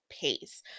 pace